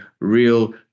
real